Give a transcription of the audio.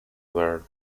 where